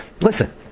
Listen